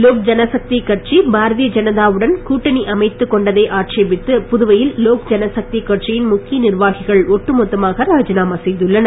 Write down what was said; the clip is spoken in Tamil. லோக் ஜனசக்தி கட்சி பாரதிய ஜனதா வுடன் கூட்டணி அமைத்துக் கொண்டதை ஆட்சேபித்து புதுவையில் லோக் ஜனசக்தி கட்சியின் முக்கிய நிர்வாகிகள் ஒட்டுமொத்தமாக ராஜிநாமா செய்துள்ளனர்